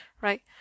right